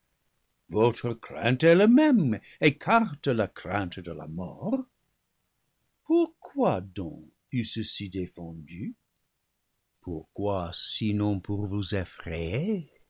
de la mort pourquoi donc fut ceci défendu pourquoi sinon pour vous effrayer